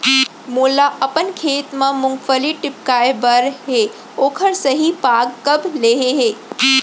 मोला अपन खेत म मूंगफली टिपकाय बर हे ओखर सही पाग कब ले हे?